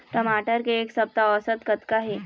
टमाटर के एक सप्ता औसत कतका हे?